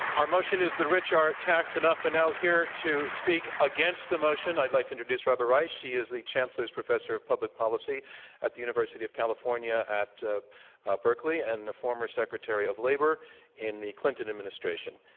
our motion is the rich are taxed enough, and now here to speak against the motion, i'd like to introduce robert reich, he is the chancellor's professor of public policy at the university of california at ah berkeley, and the former secretary of labor in the clinton administration.